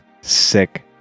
sick